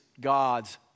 God's